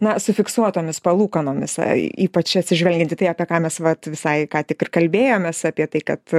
na su fiksuotomis palūkanomis ypač atsižvelgiant į tai apie ką mes vat visai ką tik ir kalbėjomės apie tai kad